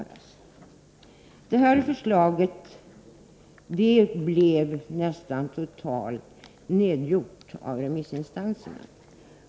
Det förslaget blev nästan totalt nedgjort av remissinstanserna.